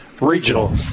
regional